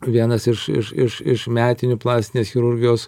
vienas iš iš iš iš metinių plastinės chirurgijos